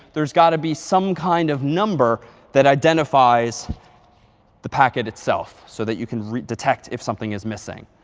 there's got to be some kind of number that identifies the packet itself so that you can detect if something is missing.